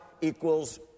equals